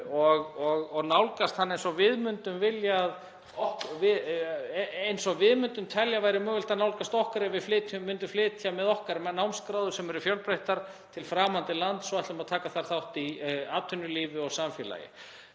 og nálgast hann eins og við myndum telja að væri mögulegt að nálgast okkur ef við myndum flytja með okkar námsgráður, sem eru fjölbreyttar, til framandi lands og ætluðum að taka þar þátt í atvinnulífi og samfélagi.